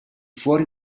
fuori